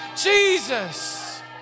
Jesus